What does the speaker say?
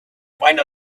find